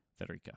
Federica